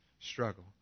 struggle